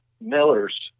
Miller's